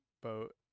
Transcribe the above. boat